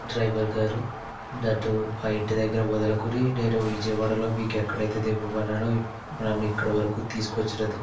డ్రైవర్గారు నన్ను మా ఇంటి దగ్గర మొదలుకొని నేను విజయవాడలో మీకు ఎక్కడైతే దింపమన్నానో నన్ను ఇక్కడ వరకు తీసుకొచ్చినందుకు